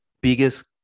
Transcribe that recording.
biggest